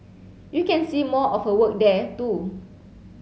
you can see more of her work there too